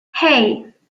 hey